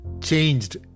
changed